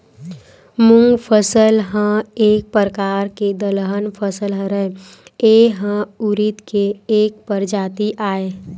मूंग फसल ह एक परकार के दलहन फसल हरय, ए ह उरिद के एक परजाति आय